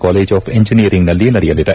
college of ಇಂಜೆನಿಯರಿಂಗ್ನಲ್ಲಿ ನಡೆಯಲಿದೆ